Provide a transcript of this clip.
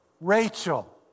Rachel